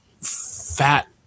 fat